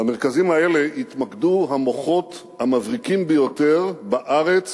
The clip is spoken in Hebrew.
במרכזים האלה יתמקדו המוחות המבריקים ביותר בארץ